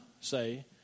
say